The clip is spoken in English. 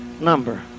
number